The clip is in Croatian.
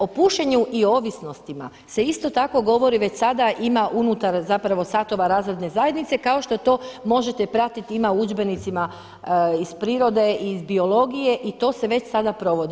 O pušenju i ovisnostima se isto tako govori, već sada ima unutar zapravo satova razredne zajednice kao što to možete pratiti, ima u udžbenicima iz prirode i iz biologije i to se već sada provodi.